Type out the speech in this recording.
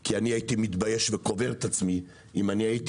כי אני הייתי מתבייש וקובר את עצמי אם הייתי